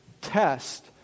Test